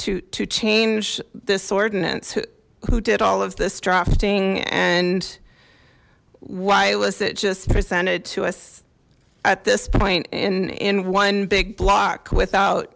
to change this ordinance who who did all of this drafting and why was it just presented to us at this point in in one big block without